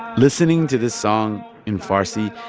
listening to this song in farsi,